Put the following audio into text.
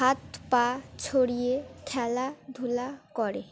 হাত পা ছড়িয়ে খেলাধুলা করে